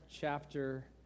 chapter